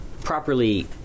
properly